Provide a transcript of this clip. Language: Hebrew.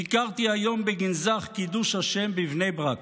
ביקרתי היום בגנזך קידוש השם בבני ברק.